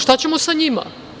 Šta ćemo sa njima?